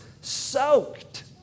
soaked